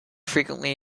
frequently